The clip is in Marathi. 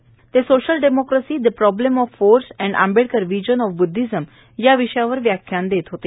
ते social democracy the problem of force and Ambedkar vision of Buddhism या विषयावर व्याख्यान देत होते